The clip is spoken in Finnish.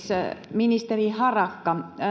ministeri harakka